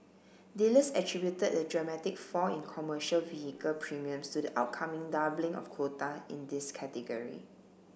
dealers attributed the dramatic fall in commercial vehicle premiums to the upcoming doubling of quota in this category